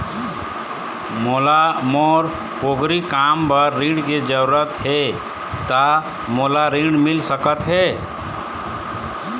मोला मोर पोगरी काम बर ऋण के जरूरत हे ता मोला ऋण मिल सकत हे?